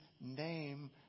name